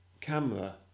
camera